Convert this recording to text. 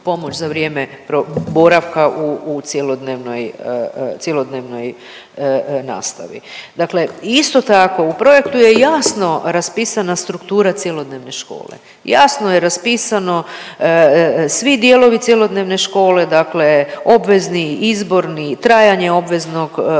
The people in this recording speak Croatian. za vrijeme boravka u, u cjelodnevnoj, cjelodnevnoj nastavi. Dakle isto tako u projektu je jasno raspisana struktura cjelodnevne škole. Jasno je raspisano svi dijelovi cjelodnevne škole dakle obvezni, izborni, trajanje obveznog dijela